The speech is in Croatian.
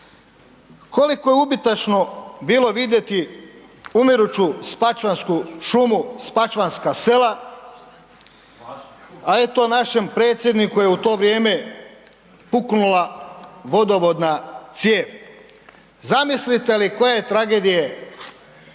Koliko je ubitačno bilo vidjeti umiruću spačvansku šumu, spačvanska sela a eto našem predsjedniku je u to vrijeme puknula vodovodna cijev. Zamislite koje tragedije.